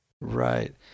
Right